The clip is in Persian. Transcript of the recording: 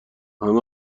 همه